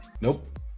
Nope